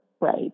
right